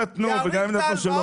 גם אם נתנו וגם ------ לפברואר.